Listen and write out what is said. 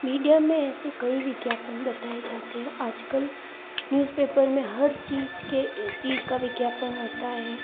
media में ऐसे कई विज्ञापन बताएं जाते हैं आज कल न्यूज़पेपर में हर चीज़ के चीज़ का विज्ञापन होता है